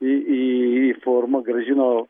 į į į formą grąžino